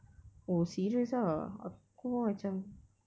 oh serious ah aku pun macam